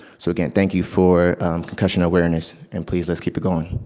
so again, thank you for concussion awareness. and please, let's keep it going.